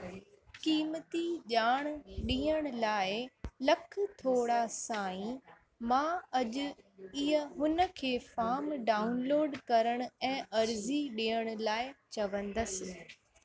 क़ीमती ॼाण ॾियण लाइ लख थोरा साईं मां अॼु इहा हुन खे फाम डाउनलोड करणु ऐं अर्ज़ी ॾियण लाइ चवंदुसि